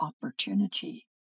opportunity